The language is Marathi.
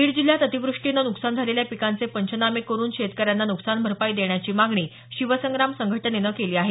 बीड जिल्ह्यात अतिवृष्टीनं नुकसान झालेल्या पिकांचे पंचनामे करुन शेतकऱ्यांना न्कसान भरपाई देण्याची मागणी शिवसंग्राम संघटनेनं केली आहे